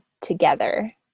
together